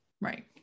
right